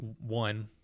one